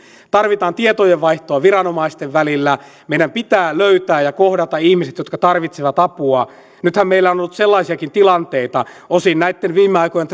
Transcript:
tarvitaan tietojenvaihtoa viranomaisten välillä meidän pitää löytää ja kohdata ihmiset jotka tarvitsevat apua nythän meillä on ollut sellaisiakin tilanteita osin näitten viime aikojen